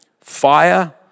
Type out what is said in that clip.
fire